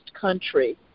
country